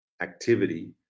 activity